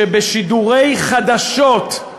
שבשידורי חדשות,